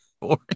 boring